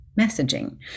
messaging